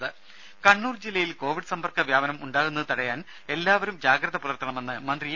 രുമ കണ്ണൂർ ജില്ലയിൽ കോവിഡ് സമ്പർക്ക വ്യാപനം ഉണ്ടാകുന്നതു തടയാൻ എല്ലാവരും ജാഗ്രത പുലർത്തണമെന്ന് മന്ത്രി ഇ